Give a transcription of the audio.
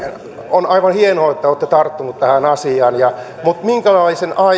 on aivan hienoa että olette tarttunut tähän asiaan mutta minkälaisen